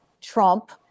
Trump